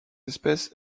espèce